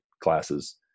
classes